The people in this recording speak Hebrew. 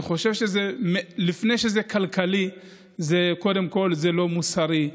אני חושב שלפני שזה כלכלי קודם כול זה לא מוסרי,